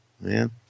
man